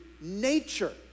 nature